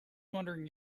wondering